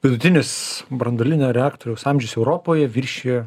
vidutinis branduolinio reaktoriaus amžius europoj viršija